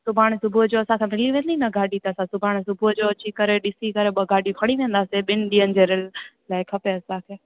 सुभाणे सुबुह जो असांखे मिली वेंदी न ॻाॾी त सुभाणे सुबुह जो अची करे ॾिसी करे ॿ ॻाॾियूं खणी वेंदासीं ॿिनि ॾींहंनि ॼे रिल लाइ खपे असांखे